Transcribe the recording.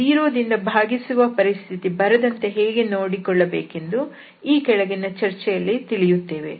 0 ದಿಂದ ಭಾಗಿಸುವ ಪರಿಸ್ಥಿತಿ ಬರದಂತೆ ಹೇಗೆ ನೋಡಿಕೊಳ್ಳಬೇಕೆಂದು ಈ ಕೆಳಗಿನ ಚರ್ಚೆಯಲ್ಲಿ ತಿಳಿಯುತ್ತೇವೆ